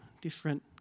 different